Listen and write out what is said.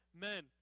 men